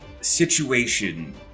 situation